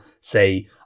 say